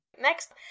Next